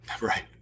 Right